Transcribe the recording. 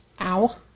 Ow